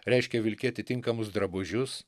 reiškė vilkėti tinkamus drabužius